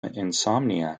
insomnia